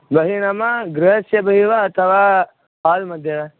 बहिः नाम गृहस्य बहिः वा अथवा हाल्मध्ये वा